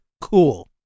cool